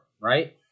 right